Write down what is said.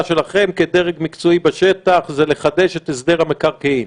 שלכם כדרג מקצועי בשטח זה לחדש את הסדר המקרקעין